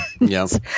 yes